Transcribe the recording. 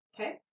Okay